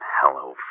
hello